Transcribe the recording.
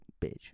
bitch